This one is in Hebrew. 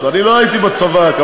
ההודעה אושרה על-ידי המליאה.